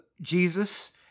Jesus